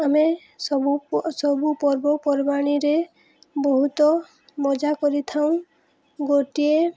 ଆମେ ସବୁ ସବୁ ପର୍ବପର୍ବାଣିରେ ବହୁତ ମଜା କରିଥାଉ ଗୋଟିଏ